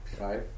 Right